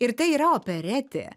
ir tai yra operetė